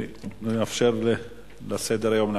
ונאפשר לסדר-היום להמשיך.